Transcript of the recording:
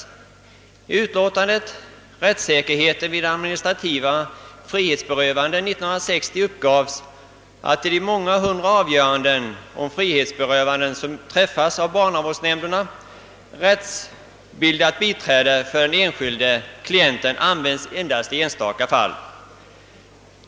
I utlåtandet »Rättssäkerheten vid administrativa frihetsberövanden» 1960 uppgavs att i de många hundra avgöranden om frihetsberövanden, som träffats av barnavårdsnämnderna, rättsligt biträde för enskilda klienter anlitats endast i enstaka fall.